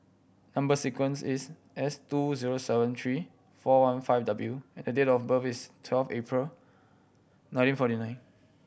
number sequence is S two zero seven three four one five W and the date of birth is twelve April nineteen forty nine